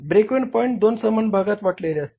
break even point दोन समान भागात वाटलेले असते